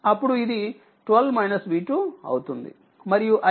మరియు i V2 3 అవుతుంది